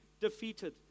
defeated